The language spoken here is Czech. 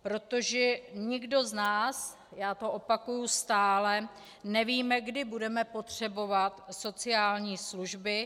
Protože nikdo z nás, já to opakuji stále, nevíme, kdy budeme potřebovat sociální služby.